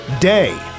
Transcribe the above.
day